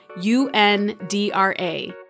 U-N-D-R-A